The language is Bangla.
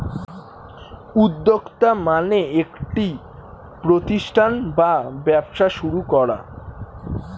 উদ্যোক্তা মানে একটি প্রতিষ্ঠান বা ব্যবসা শুরু করা